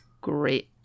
great